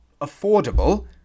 affordable